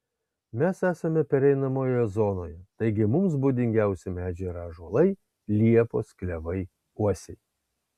mes esame pereinamoje zonoje taigi mums būdingiausi medžiai yra ąžuolai liepos klevai uosiai